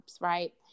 right